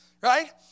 Right